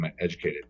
educated